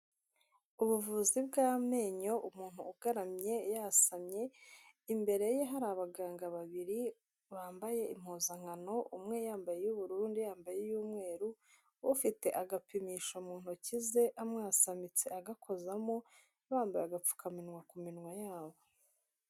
Ubuvuzi bw'amenyo umuntu ugaramye yasamye, imbere ye hari abaganga babiri bambaye impuzankano, umwe yambaye iy'ubururu undi yambaye iy'umweru ufite agapimisho mu ntoki ze amwasamitse agakozamo bambaye agapfukamunwa ku minwa yabo.